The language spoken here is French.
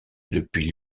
depuis